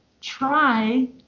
try